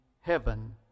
heaven